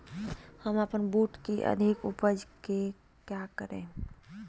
हम अपन बूट की अधिक उपज के क्या करे?